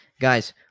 Guys